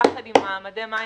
יחד עם מדי המים,